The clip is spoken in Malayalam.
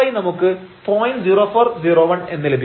0401 എന്ന് ലഭിക്കും